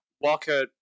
Walker